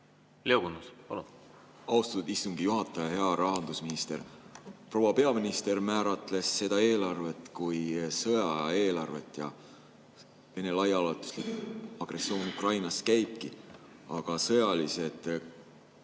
eelarves? Austatud istungi juhataja! Hea rahandusminister! Proua peaminister määratles seda eelarvet kui sõjaeelarvet ja Vene laiaulatuslik agressioon Ukrainas käibki. Aga sõjalised kulutused